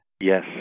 yes